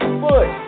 foot